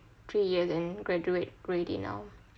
three years and graduate already now